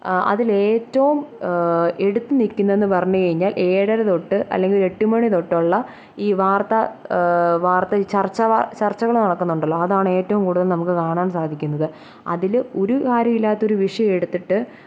അതിൽ ഏറ്റവും എടുത്ത് നിൽക്കുന്നതെന്ന് പറഞ്ഞു കഴിഞ്ഞാല് ഏഴര തൊട്ട് അല്ലെങ്കിൽ എട്ട് മണി തൊട്ടുള്ള ഈ വാര്ത്താ വാര്ത്ത ഈ ചര്ച്ച ചര്ച്ചകൾ നടക്കുന്നുണ്ടല്ലോ അതാണ് ഏറ്റവും കൂടുതല് നമുക്ക് കാണാന് സാധിക്കുന്നത് അതിൽ ഒരു കാര്യവും ഇല്ലാത്ത വിഷയമെടുത്തിട്ട്